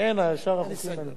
אין הסתייגויות, בסדר גמור.